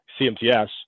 CMTS